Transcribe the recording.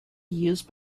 used